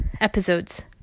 episodes